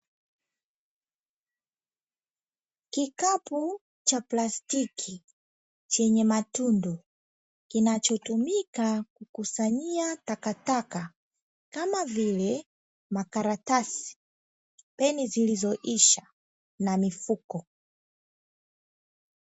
Kikapu cha plastiki chenye matundu kinachotumika kukusanyia takataka kama : makaratasi, peni zilizoisha na mifuko.